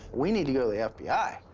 we need to go to the yeah fbi.